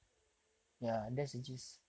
mm